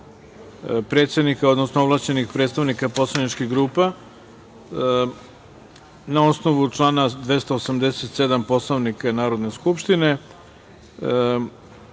predsednika, odnosno ovlašćenih predstavnika poslaničkih grupa. Na osnovu člana 287. Poslovnika Narodne skupštine,